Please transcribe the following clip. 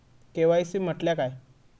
KYC म्हटल्या काय?